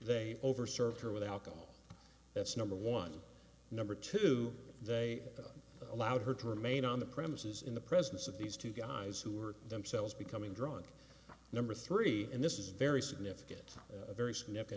they over served her with alcohol that's number one number two they allowed her to remain on the premises in the presence of these two guys who are themselves becoming drunk number three and this is very significant a very s